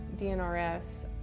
dnrs